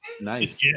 Nice